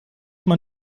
man